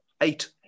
eight